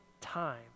time